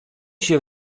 się